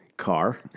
Car